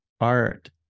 art